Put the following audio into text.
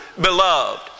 beloved